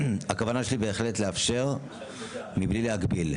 הכוונה שלי היא בהחלט לאפשר מבלי להגביל.